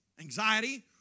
Anxiety